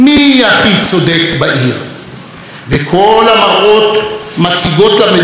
וכל המראות מציגות למביטים בהן את אותה התמונה: